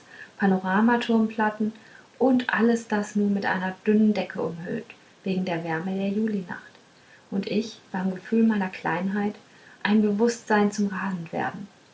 panorama turmplatten und alles das nur mit einer dünnen decke umhüllt wegen der wärme der julinacht und ich beim gefühl meiner kleinheit ein be wußtsein zum rasendwerden